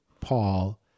Paul